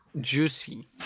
juicy